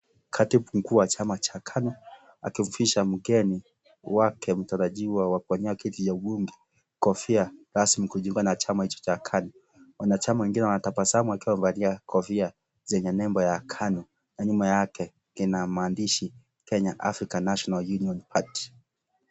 Katibu mkuu wa chama cha Kanu, akimvisha mgeni wake mtarajiwa wa kuwania kiti cha ubunge, kofia rasmi kujiunga na chama hicho cha Kanu. Wanachama wengine wanatabasamu wakiwa wamevalia kofia zenye nembo ya Kanu nyuma yake inamaandishi Kenya African National Union Party.